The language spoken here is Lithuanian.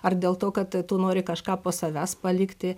ar dėl to kad tu nori kažką po savęs palikti